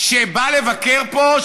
שבא לבקר פה,